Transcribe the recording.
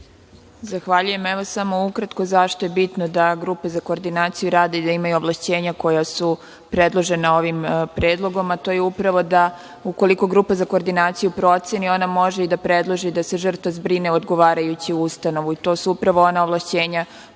Zahvaljujem. Evo, samo ukratko zašto je bitno da Grupa za koordinaciju radi i da imaju ovlašćenja koja su predložena ovim predlogom, a to je upravo da ukoliko Grupa za koordinaciju proceni ona može i da predloži da se žrtva zbrine u odgovarajuću ustanovu. To su upravno ona ovlašćenja